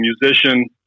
musician